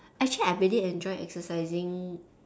actually I really enjoy exercising